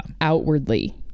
outwardly